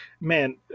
man